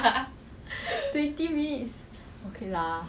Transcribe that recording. you know 做兵很累 leh